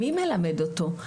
מי מלמד אותו?